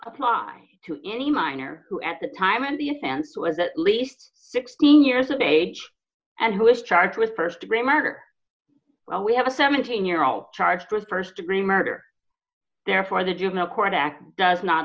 apply to any minor who at the time and the offense was at least sixteen years of age and who is charged with st degree murder well we have a seventeen year old charged with st degree murder therefore the juvenile court act does not